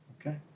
Okay